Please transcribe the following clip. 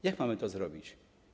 Jak mamy to zrobić?